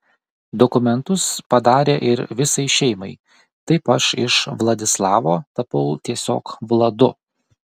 dokumentus padarė ir visai šeimai taip aš iš vladislavo tapau tiesiog vladu